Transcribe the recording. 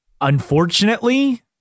Unfortunately